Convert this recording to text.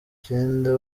icenda